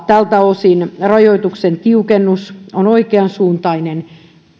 tältä osin rajoituksen tiukennus on oikean suuntainen